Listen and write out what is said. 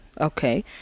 okay